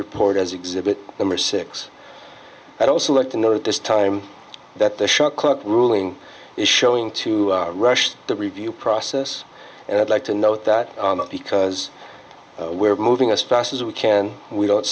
report as exhibit number six i'd also like to know at this time that the shot clock ruling is showing too rushed the review process and i'd like to note that because we're moving as fast as we can we don't